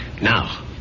now